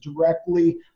directly